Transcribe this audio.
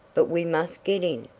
but we must get in.